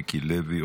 מיקי לוי,